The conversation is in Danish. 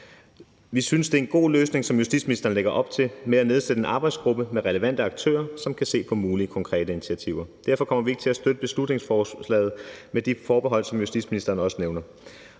Vi synes, det er en god løsning, som justitsministeren lægger op, med at nedsætte en arbejdsgruppe med relevante aktører, som kan se på mulige konkrete initiativer. Derfor kommer vi ikke til at støtte beslutningsforslaget med de forbehold, som justitsministeren også nævner,